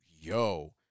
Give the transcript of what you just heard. yo